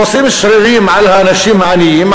ועושים שרירים על האנשים העניים,